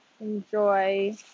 Enjoy